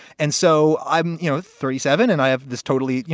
and so i'm you know thirty seven and i have this totally, you